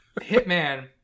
Hitman